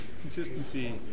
Consistency